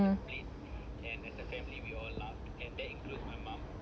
mm